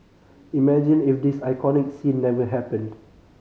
imagine if this iconic scene never happened